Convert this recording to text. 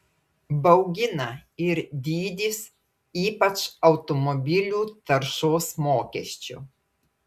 baugina ir dydis ypač automobilių taršos mokesčio